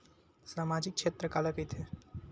सामजिक क्षेत्र काला कइथे?